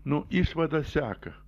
nu išvada seka